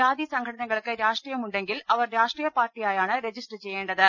ജാതി സംഘടന കൾക്ക് രാഷ്ട്രീയം ഉണ്ടെങ്കിൽഡ അവർ രാഷ്ട്രീയപാർട്ടിയാ യാണ് രജിസ്റ്റർ ചെയ്യേണ്ടത്